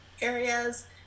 areas